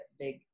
big